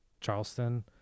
Charleston